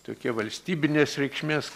tokie valstybinės reikšmės